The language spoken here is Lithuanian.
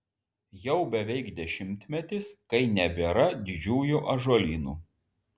jau beveik dešimtmetis kai nebėra didžiųjų ąžuolynų